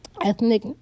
ethnic